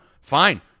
Fine